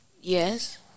Yes